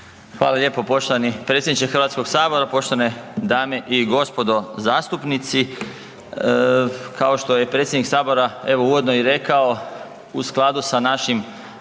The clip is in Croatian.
Hvala lijepo poštovani predsjedniče Hrvatskoga sabora, poštovane dame i gospodo zastupnici. Kao što je predsjednik Sabora, evo, uvodno i rekao, u skladu sa našim